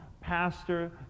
pastor